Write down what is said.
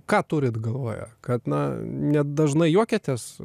ką turit galvoje kad na nedažnai juokiatės